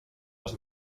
les